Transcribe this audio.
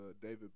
David